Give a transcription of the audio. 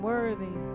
Worthy